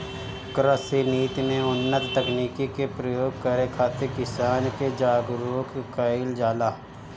कृषि नीति में उन्नत तकनीकी के प्रयोग करे खातिर किसान के जागरूक कईल जाला